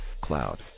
Cloud